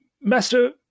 Master